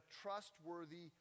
trustworthy